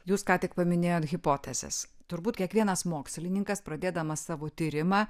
jūs ką tik paminėjot hipotezes turbūt kiekvienas mokslininkas pradėdamas savo tyrimą